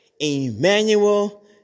Emmanuel